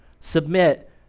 submit